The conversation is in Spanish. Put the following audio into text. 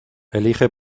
elige